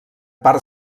part